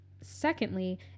secondly